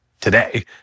today